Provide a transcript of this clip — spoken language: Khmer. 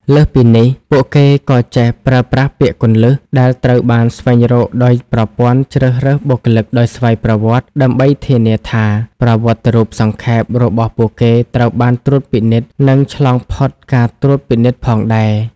លើសពីនេះ ពួកគេក៏ចេះប្រើប្រាស់ពាក្យគន្លឹះ ដែលត្រូវបានស្វែងរកដោយប្រព័ន្ធជ្រើសរើសបុគ្គលិកដោយស្វ័យប្រវត្តិ ដើម្បីធានាថា ប្រវត្តិរូបសង្ខេប របស់ពួកគេត្រូវបានត្រួតពិនិត្យ និងឆ្លងផុតការត្រួតពិនិត្យផងដែរ។